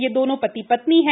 ये दोनों ति त्नी हैं